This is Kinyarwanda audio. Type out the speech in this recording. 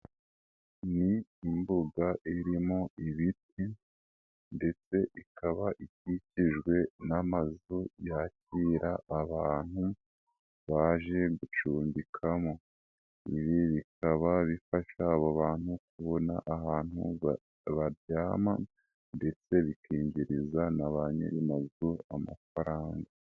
Ni imbuga irimo ibiti, ndetse ikaba ikikijwe n'amazu yakira abantu baje gucumbikamo, ibi bikaba bifasha abo bantu kubona ahantu baryama, ndetse bikinjiriza na ba nyir'amazu amafaranga.